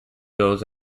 goes